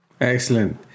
excellent